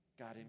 God